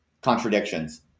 contradictions